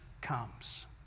comes